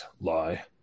lie